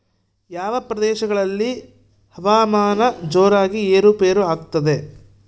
ಯಾವ ಪ್ರದೇಶಗಳಲ್ಲಿ ಹವಾಮಾನ ಜೋರಾಗಿ ಏರು ಪೇರು ಆಗ್ತದೆ?